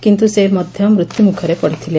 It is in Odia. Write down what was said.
କିନ୍ତୁ ସେ ମଧ୍ୟ ମୃତ୍ୟୁମୁଖରେ ପଡିଥିଲେ